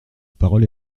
parole